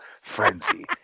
frenzy